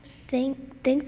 Thanks